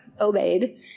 obeyed